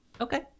Okay